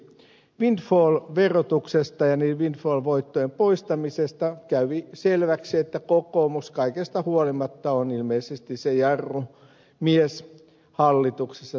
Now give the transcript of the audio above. windfall verotuksesta ja windfall voittojen poistamisesta kävi selväksi että kokoomus kaikesta huolimatta on ilmeisesti se jarrumies hallituksessa tässä asiassa